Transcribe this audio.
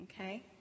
Okay